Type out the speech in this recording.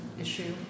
issue